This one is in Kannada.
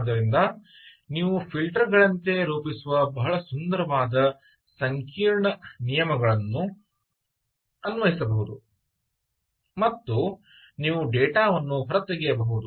ಆದ್ದರಿಂದ ನೀವು ಫಿಲ್ಟರ್ಗಳಂತೆ ರೂಪಿಸುವ ಬಹಳ ಸುಂದರವಾದ ಸಂಕೀರ್ಣ ನಿಯಮಗಳನ್ನು ಅನ್ವಯಿಸಬಹುದು ಮತ್ತು ನೀವು ಡೇಟಾ ವನ್ನು ಹೊರತೆಗೆಯಬಹುದು